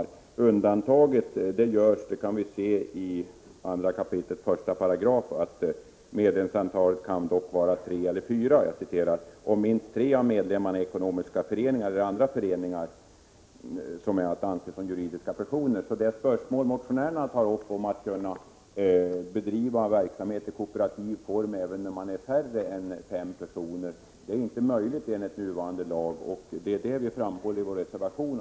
Det undantag som görs återfinns i 2 kap. 1 §: ”Antalet medlemmar får dock vara tre eller fyra, om minst tre medlemmar är ekonomiska föreningar eller andra föreningar som är att anse som juridiska personer.” Motionärerna tar upp det förhållandet att det enligt nuvarande lag inte är möjligt att bedriva verksamhet i kooperativ form, när medlemmarna är färre än fem. Det är detta vi framhåller i vår reservation.